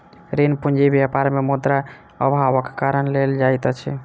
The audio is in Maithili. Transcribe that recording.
ऋण पूंजी व्यापार मे मुद्रा अभावक कारण लेल जाइत अछि